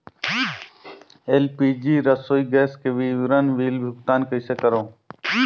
LPG रसोई gas के विवरण बिल भुगतान कइसे करों?